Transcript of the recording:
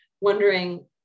wondering